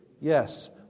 Yes